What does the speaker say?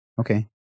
okay